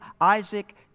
Isaac